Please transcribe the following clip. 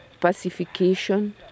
pacification